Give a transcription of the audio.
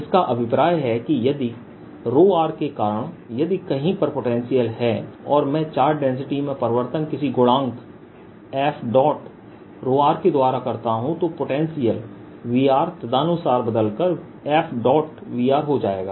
जिसका अभिप्राय है कि यदि r के कारण यदि कहीं पर पोटेंशियल है और मैं चार्ज डेंसिटी में परिवर्तन किसी गुणांक fr के द्वारा करता हूं तो पोटेंशियल Vr तदनुसार बदलकर fVr हो जाएगा